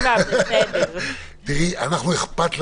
אכפת לנו.